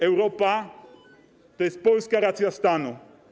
Europa to jest polska racja stanu.